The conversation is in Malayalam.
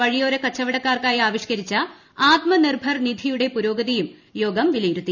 വഴിയോര കച്ചവടക്കാർക്കായി ആവിഷ്കുരിച്ച ് ആത്മ നിർഭർ നിധിയുടെ പുരോഗതിയും യോഗം വ്വില്യിരു്തി